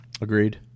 Agreed